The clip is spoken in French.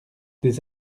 des